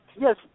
Yes